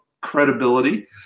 credibility